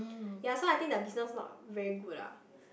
ya so I think the business not very good ah